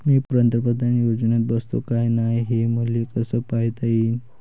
मी पंतप्रधान योजनेत बसतो का नाय, हे मले कस पायता येईन?